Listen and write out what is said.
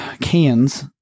cans